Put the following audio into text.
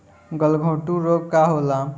गलघोंटु रोग का होला?